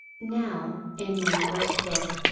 now, in my first book,